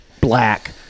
Black